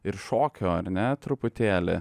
ir šokio ar ne truputėlį